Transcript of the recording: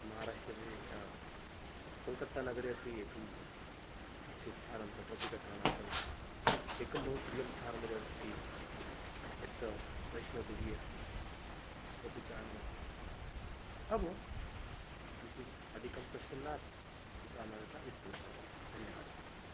महाराष्ट्रे कोल्कत्तानगरे अपि एकम् अस्ति स्थानं तत्रापि गतवान् आसम् एकं बहु प्रियं स्थानमिदमस्ति यत्र वैष्णोदेवी अस्ति तत्रापि चरणम् अभवत् अभवत् किन्तु अधिकं कष्टं नासीत् किन्तु सामान्यतः उत्तममेव आसीत् धन्यवादः